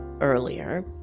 earlier